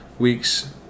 weeks